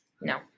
No